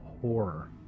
horror